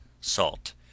salt